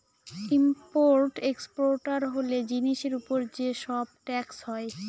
import exporter হলে জিনিসের উপর যে সব ট্যাক্স হয়